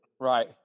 Right